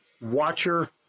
watcher